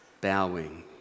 bowing